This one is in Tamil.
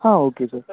ah okay sir